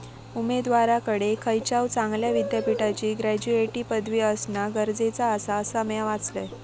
उमेदवाराकडे खयच्याव चांगल्या विद्यापीठाची ग्रॅज्युएटची पदवी असणा गरजेचा आसा, असा म्या वाचलंय